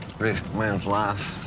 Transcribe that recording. risk a man's life.